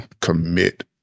commit